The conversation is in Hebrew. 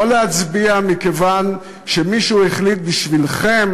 לא להצביע מכיוון שמישהו החליט בשבילכם